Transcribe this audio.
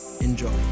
Enjoy